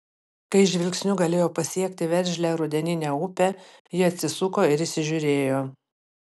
kai žvilgsniu galėjo pasiekti veržlią rudeninę upę ji atsisuko ir įsižiūrėjo